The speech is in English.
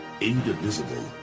indivisible